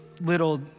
little